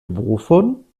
wovon